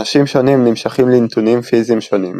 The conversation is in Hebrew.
אנשים שונים נמשכים לנתונים פיזיים שונים,